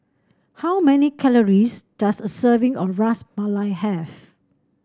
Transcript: how many calories does a serving of Ras Malai have